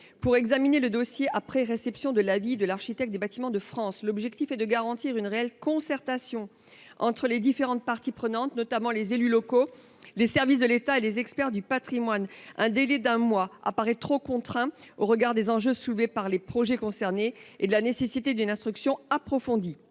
pour examiner le dossier après réception de l’avis de l’architecte des Bâtiments de France. L’objectif est de garantir une réelle concertation entre les différentes parties prenantes, notamment les élus locaux, les services de l’État et les experts du patrimoine. Un délai d’un mois apparaît trop contraint au regard des enjeux soulevés par les projets concernés et de la nécessité d’une instruction approfondie.